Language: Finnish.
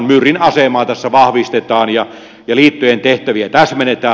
myrin asemaa tässä vahvistetaan ja liittojen tehtäviä täsmennetään